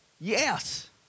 Yes